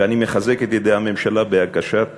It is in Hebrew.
ואני מחזק את ידי הממשלה בהגשת